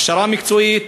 הכשרה מקצועית,